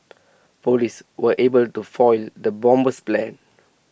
Police were able to foil the bomber's plans